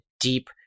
deep